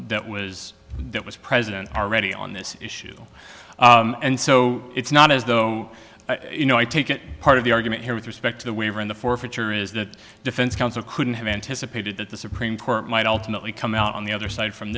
that was that was president already on this issue and so it's not as though you know i take it part of the argument here with respect to the waiver in the forfeiture is that defense counsel couldn't have anticipated that the supreme court might ultimately come out on the other side from